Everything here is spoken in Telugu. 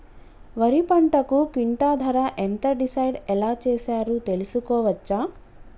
వరి పంటకు క్వింటా ధర ఎంత డిసైడ్ ఎలా చేశారు తెలుసుకోవచ్చా?